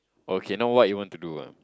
okay know what you want to do ah